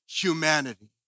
humanity